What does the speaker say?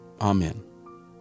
Amen